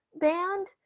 band